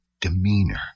demeanor